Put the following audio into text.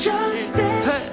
Justice